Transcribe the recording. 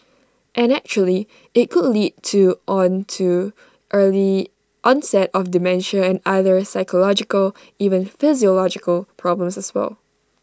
and actually IT could lead to on to early onset of dementia other psychological even physiological problems as well